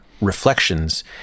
reflections